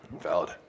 Valid